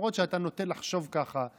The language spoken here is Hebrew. למרות שאתה נוטה לחשוב ככה,